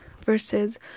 versus